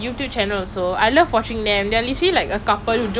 கொஞ்சம் நாளா எனக்கு:konjam naala enakku baby fever ரொம்ப இருக்கு தெரியுமா:romba irukku theriyuma